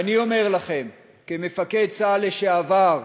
ואני אומר לכם, כמפקד צה"ל לשעבר,